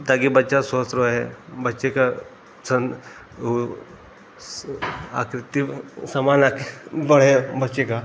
ताकि बच्चा स्वस्थ रहे बच्चे का वह आकृति समान आकृति बढ़े बच्चे का